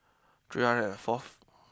three hundred and forth